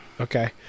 okay